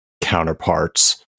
counterparts